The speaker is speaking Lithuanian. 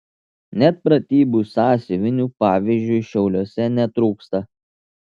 net pratybų sąsiuvinių pavyzdžiui šiauliuose netrūksta